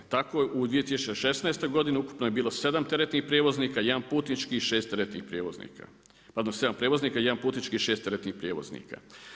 Tako u 2016. godini ukupno je bilo 7 teretnih prijevoznika, 1 putničkih i 6 teretnih prijevoznika, pardon, 7 prijevoznika, 1 putnički i 6 teretnih prijevoznika.